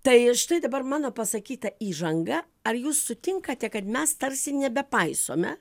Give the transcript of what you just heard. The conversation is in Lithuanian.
tai štai dabar mano pasakyta įžanga ar jūs sutinkate kad mes tarsi nebepaisome